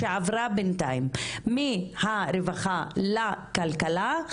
שעברה בינתיים מהרווחה לכלכלה,